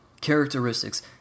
characteristics